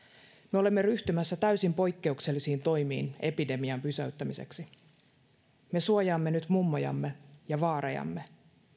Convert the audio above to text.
me olemme ryhtymässä täysin poikkeuksellisiin toimiin epidemian pysäyttämiseksi me suojaamme nyt mummojamme ja vaarejamme